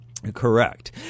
Correct